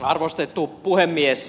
arvostettu puhemies